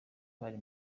bari